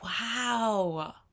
wow